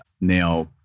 now